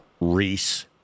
Reese